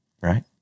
Right